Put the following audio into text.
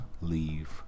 leave